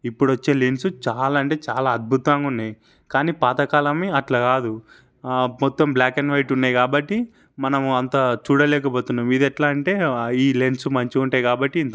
ఇప్పుడు వచ్చే లెన్సు చాలా అంటే చాలా అద్భుతంగా ఉన్నాయి కానీ పాత కాలమే అట్లా కాదు మొత్తం బ్లాక్ అండ్ వైట్ ఉన్నాయి కాబట్టి మనము అంత చూడలేకపోతున్నాం ఇది ఎట్లా అంటే ఈ లెన్సు మంచిగా ఉంటాయి కాబట్టి ఇంత